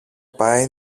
πάει